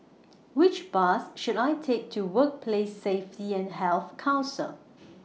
Which Bus should I Take to Workplace Safety and Health Council